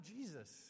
Jesus